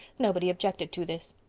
nobody objected to this.